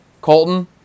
Colton